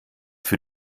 für